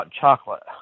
chocolate